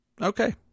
Okay